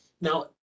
Now